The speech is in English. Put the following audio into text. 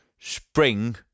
spring